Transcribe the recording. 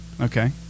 Okay